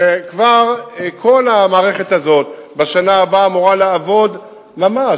וכבר כל המערכת הזאת בשנה הבאה אמורה לעבוד ממש.